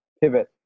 pivot